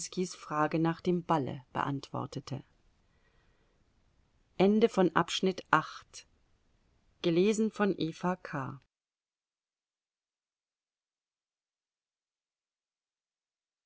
frage nach dem balle beantwortete